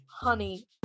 Honey